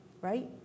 right